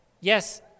yes